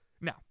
Now